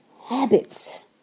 habits